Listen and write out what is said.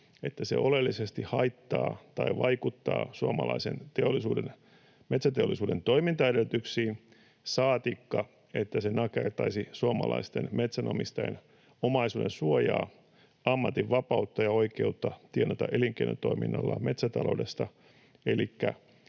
että se oleellisesti haittaa tai vaikuttaa suomalaisen metsäteollisuuden toimintaedellytyksiin, saatikka, että se nakertaisi suomalaisten metsänomistajien omaisuudensuojaa, ammatinvapautta ja oikeutta tienata elinkeinotoiminnalla metsätaloudesta.